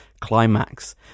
climax